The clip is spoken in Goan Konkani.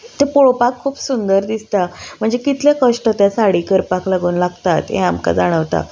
तें पळोवपाक खूप सुंदर दिसता म्हणजे कितलें कश्ट तें साडी करपाक लागून लागतात हें आमकां जाणवता